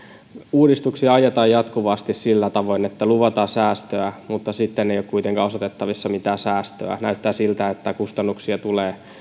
uudistuksia ajetaan jatkuvasti sillä tavoin että luvataan säästöä mutta sitten ei ole kuitenkaan osoitettavissa mitään säästöä näyttää siltä että kustannuksia tulee